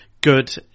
Good